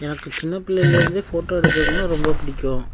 எனக்கு சின்ன பிள்ளையிலேந்தே ஃபோட்டோ எடுக்கிறதுன்னா ரொம்ப பிடிக்கும்